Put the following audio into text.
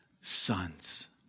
sons